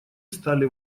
стали